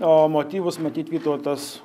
o motyvus matyt vytautas